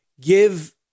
Give